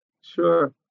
Sure